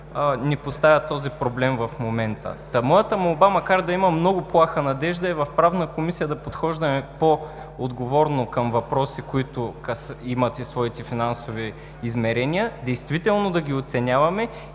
ни поставя този проблем в момента. Та моята молба, макар да има много плаха надежда, е в Правна комисия да подхождаме по-отговорно към въпроси, които имат и своите финансови измерения, действително да ги оценяваме